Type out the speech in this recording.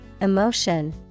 emotion